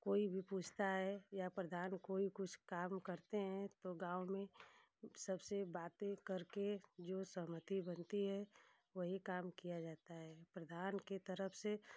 कोई भी पूछता है या प्रधान कोई भी कुछ काम करते हैं तो गाँव में सबसे बाते कर के जो सहमति बनती है वही काम किया जाता है प्रधान की तरफ से